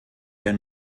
der